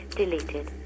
deleted